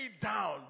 down